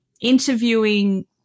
interviewing